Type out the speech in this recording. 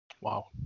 Wow